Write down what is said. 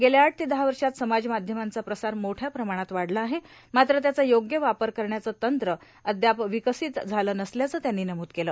गेल्या आठ ते दहा वर्षात समाज माध्यमांचा प्रसार मोठ्या प्रमाणात वाढला आहे मात्र त्याचा योग्य वापर करण्याचं तंत्र अद्याप विकसित झालं नसल्याचं त्यांनी नमूद केलं